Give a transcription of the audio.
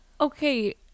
Okay